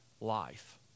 life